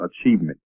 achievement